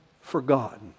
forgotten